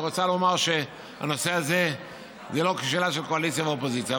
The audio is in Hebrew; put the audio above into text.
רוצה לומר שהנושא הזה זה לא שאלה של קואליציה ואופוזיציה.